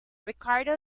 ricardo